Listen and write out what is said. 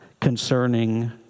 concerning